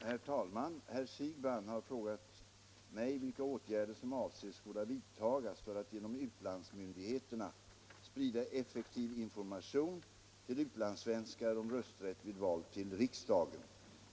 Herr talman! Herr Siegbahn har frågat mig vilka åtgärder som avses vidtagas för att genom utlandsmyndigheterna sprida effektiv information till utlandssvenskar om rösträtt vid val till riksdagen.